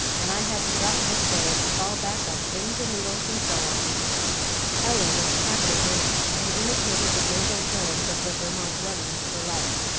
and i had to drop my trade, and fall back on pins and needles, and so on ella was a capital mimic, and imitated the nasal tones of the vermont woman to the life,